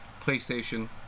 PlayStation